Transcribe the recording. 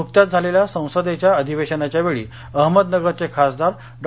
नुकत्याच झालेल्या संसदेच्या अधिवेशनाच्या वेळी अहमदनगरचे खासदार डॉ